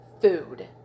food